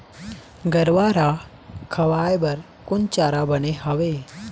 गरवा रा खवाए बर कोन चारा बने हावे?